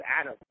Adam